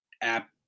app